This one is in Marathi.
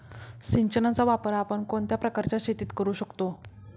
सिंचनाचा वापर आपण कोणत्या प्रकारच्या शेतीत करू शकतो?